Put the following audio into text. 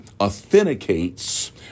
authenticates